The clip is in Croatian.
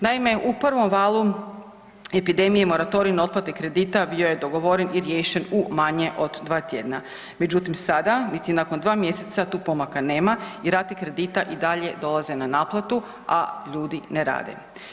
Naime, u prvom valu epidemije moratorij na otplate kredita bio je dogovoren i riješen u manje od dva tjedna, međutim sada niti nakon dva mjeseca tu pomaka nema jer rate kredita i dalje dolaze na naplatu, a ljudi ne rade.